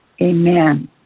Amen